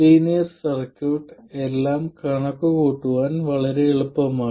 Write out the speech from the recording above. linear circuit എല്ലാം കണക്കുകൂട്ടാൻ വളരെ എളുപ്പമാണ്